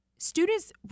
Students